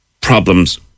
problems